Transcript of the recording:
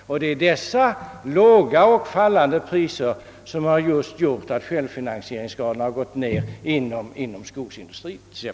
Det är just dessa låga och fallande priser som gjort att självfinansieringsgraden minskat inom t.ex. skogsindustrin.